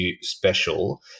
special